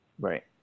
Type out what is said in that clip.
Right